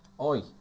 Oi